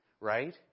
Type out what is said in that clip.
right